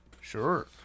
Sure